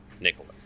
nicholas